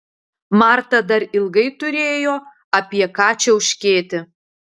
marta dar ilgai turėjo apie ką čiauškėti